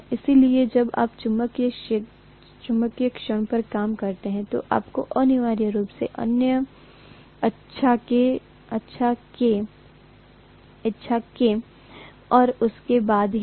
इसलिए जब आप चुंबकीय क्षण पर काम करते हैं तो आपको अनिवार्य रूप से उनकी इच्छा के खिलाफ उन्हें स्थानांतरित करना होगा